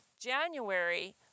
January